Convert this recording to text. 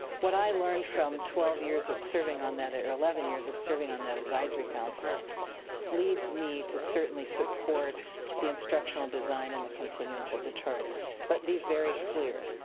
what i learned from twelve years of serving on that, eleven years of serving on that advisory council leads me to certainly support the instructional design and the continuance of the charter. but be very clear,